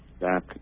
back